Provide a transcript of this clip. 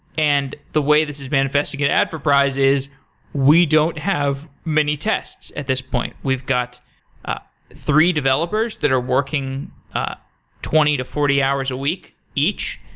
and the way that this is manifesting in adforprize is we don't have many tests at this point. we've got ah three developers that are working twenty to forty hours a week each,